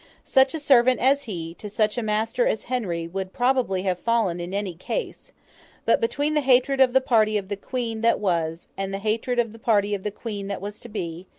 such a servant as he, to such a master as henry, would probably have fallen in any case but, between the hatred of the party of the queen that was, and the hatred of the party of the queen that was to be,